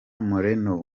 moreno